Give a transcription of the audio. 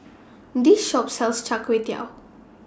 This Shop sells Char Kway Teow